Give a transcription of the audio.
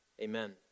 Amen